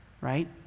right